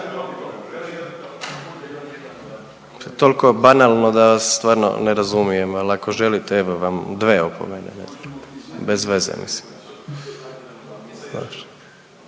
Toliko banalno da stvarno ne razumijem, ali ako želite, evo vas dve opomene, ne znam. Bez veze, mislim.